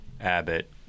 Abbott